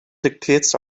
dictates